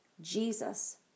Jesus